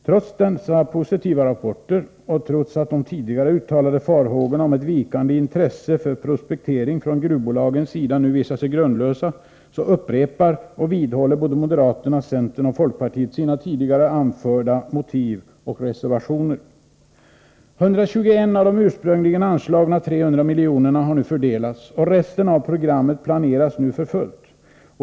Trots dessa positiva rapporter och trots att de tidigare uttalade farhågorna om ett vikande intresse för prospektering från gruvbolagens sida nu visat sig grundlösa, upprepar och vidhåller både moderaterna, centern och folkpartiet sina tidigare anförda motiv och reservationer. 121 milj.kr. av de ursprungligen anslagna 300 miljonerna har redan fördelats, och resten av programmet planeras nu för fullt.